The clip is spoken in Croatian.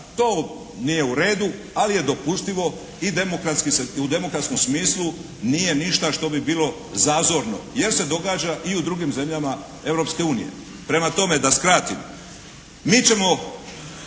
to nije u redu, ali je dopustivo i demokratskom smislu nije ništa što bi bilo zazorno jer se događa i u drugim zemljama Europske unije. Prema tome, da skratim. Mi ćemo